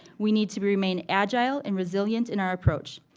we need to remain agile and resilient in our approach.